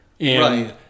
Right